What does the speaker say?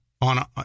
on